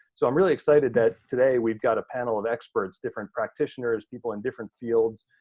so i'm really excited that today we've got a panel of experts, different practitioners, people in different fields,